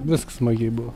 viskas smagiai buvo